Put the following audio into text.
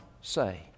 say